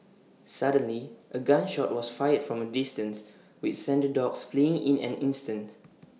suddenly A gun shot was fired from A distance which sent the dogs fleeing in an instant